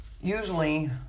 usually